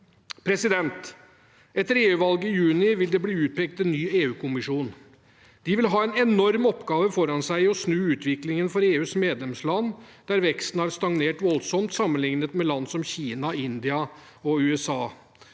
til EU. Etter EU-valget i juni vil det bli utpekt en ny EUkommisjon. De vil ha en enorm oppgave foran seg i å snu utviklingen for EUs medlemsland, der veksten har stagnert voldsomt sammenlignet med land som Kina, India og USA.